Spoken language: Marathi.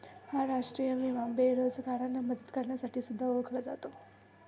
हा राष्ट्रीय विमा बेरोजगारांना मदत करण्यासाठी सुद्धा ओळखला जातो